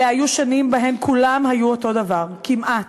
אלה היו שנים שבהן כולם היו אותו דבר, כמעט.